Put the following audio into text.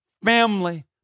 family